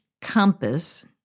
compass